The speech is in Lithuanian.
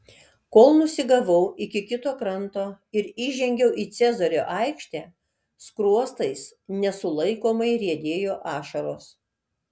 kol nusigavau iki kito kranto ir įžengiau į cezario aikštę skruostais nesulaikomai riedėjo ašaros